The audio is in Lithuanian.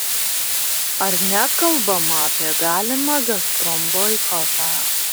ar nekalbama apie galimą gazprom boikotą